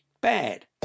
bad